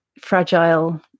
fragile